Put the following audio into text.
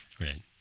Right